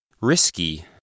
Risky